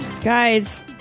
Guys